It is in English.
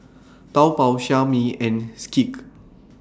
Taobao Xiaomi and Schick